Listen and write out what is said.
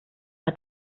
hat